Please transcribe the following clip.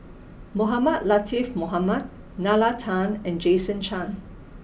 Mohamed Latiff Mohamed Nalla Tan and Jason Chan